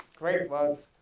great applause.